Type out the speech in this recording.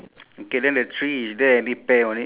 there's no guy jumping like